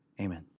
amen